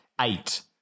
eight